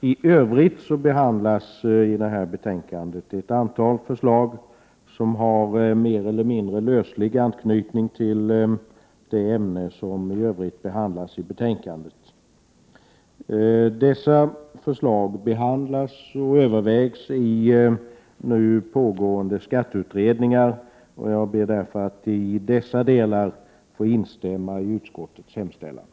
I övrigt behandlas i detta betänkande ett antal förslag som har mer eller mindre löslig anknytning till det ämne som i övrigt behandlas i betänkandet. Dessa förslag behandlas och övervägs i nu pågående skatteutredningar, och jag ber därför att i dessa delar få instämma i utskottets hemställan.